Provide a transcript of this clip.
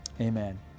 amen